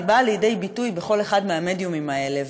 הן באות לידי ביטוי בכל אחד מהמדיומים האלה.